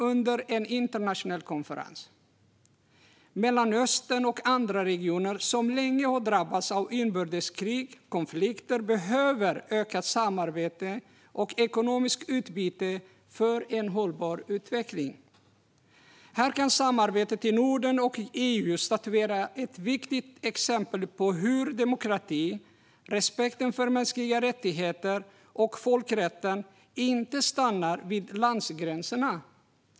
Mellanöstern och andra regioner som länge har drabbats av inbördeskrig och konflikter behöver ökat samarbete och ökat ekonomiskt utbyte för en hållbar utveckling. Här kan samarbetena inom Norden och EU statuera ett viktigt exempel på hur demokrati, respekten för mänskliga rättigheter och folkrätten inte stannar vid landsgränserna.